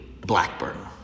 Blackburn